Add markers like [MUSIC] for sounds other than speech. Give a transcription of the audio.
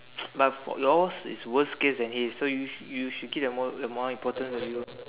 [NOISE] but yours is worse case than his so you you should keep the more the more importance for you